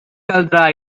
caldrà